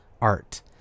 art